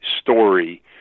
story